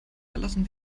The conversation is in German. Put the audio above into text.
erlassen